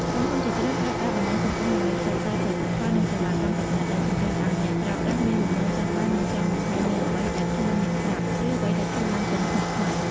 ក្រុមហ៊ុនជាច្រើនប្រើប្រាស់បណ្តាញសង្គមដើម្បីផ្សព្វផ្សាយផលិតផល និងសេវាកម្មប្រណីត ដែលជំរុញឱ្យអ្នកប្រើប្រាស់មានបំណងចង់បាន និងចង់បង្ហាញនូវអ្វីដែលខ្លួនមានស្រាប់ ឬអ្វីដែលខ្លួនបានទិញថ្មីៗ។